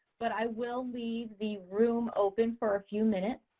but i will leave the room open for a few minutes.